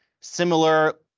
similar